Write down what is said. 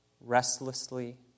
restlessly